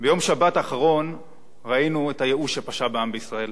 ביום שבת האחרון ראינו את הייאוש שפשה בעם בישראל.